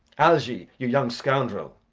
algy, you young scoundrel,